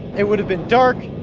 it would have been dark.